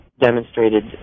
demonstrated